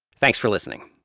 thanks for listening